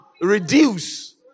reduce